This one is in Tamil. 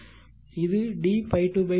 இது dϕ2 dt